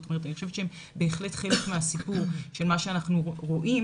אני חושבת שהן בהחלט חלק מהסיפור של מה שאנחנו רואים